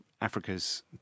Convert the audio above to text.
Africa's